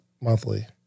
monthly